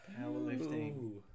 powerlifting